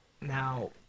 now